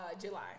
July